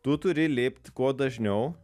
tu turi lipt kuo dažniau